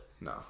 No